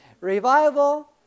Revival